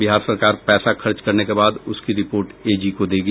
बिहार सरकार पैसा खर्च करने के बाद उसकी रिपोर्ट एजी को देगी